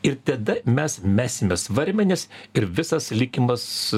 ir tada mes mesime svarmenis ir visas likimas